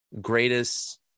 Greatest